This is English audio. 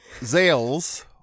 Zales